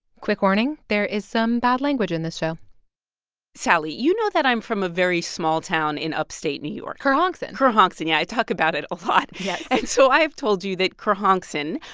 quick warning there is some bad language in this show sally, you know that i'm from a very small town in upstate new york kerhonkson and kerhonkson, yeah. i talk about it a lot yes and so i have told you that kerhonkson,